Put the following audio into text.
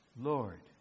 Lord